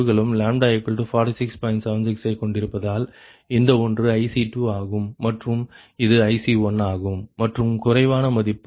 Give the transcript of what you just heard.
76 ஐ கொண்டிருப்பதால் இந்த ஒன்று IC2 ஆகும் மற்றும் இது IC1ஆகும் மற்றும் குறைவான மதிப்பு 39